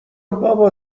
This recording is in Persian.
بابا